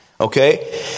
okay